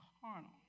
carnal